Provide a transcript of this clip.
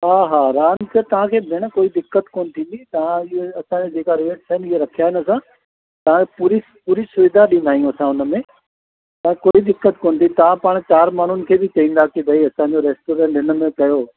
हा हा रांधि त तव्हांखे भेण कोई दिक़त कोन थींदी तव्हां जीअं असांजा जेका रेट्स आहिनि इहा रखिया आहिनि असां तव्हांखे पूरी पूरी सुविधा ॾींदा आहियूं असां हुन में तव्हांखे कोई दिक़त कोन ईंदी तव्हां पाणि चारि माण्हुनि खे बि चईंदा की भई असांजो रैस्टोरेंट हिन में कयो